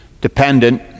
dependent